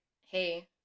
hey